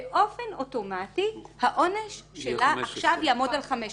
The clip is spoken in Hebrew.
באופן אוטומטי העונש שלה עכשיו יעמוד על 15 שנים.